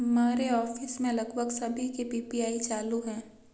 हमारे ऑफिस में लगभग सभी के पी.पी.आई चालू है